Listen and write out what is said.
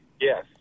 Yes